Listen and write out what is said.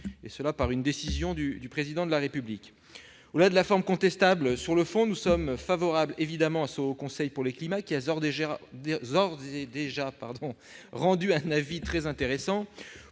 dernier par une décision du Président de la République ? Au-delà de la forme contestable, sur le fond, nous sommes favorables à l'existence du Haut Conseil pour le climat, qui a d'ores et déjà rendu un avis très intéressant.